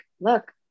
look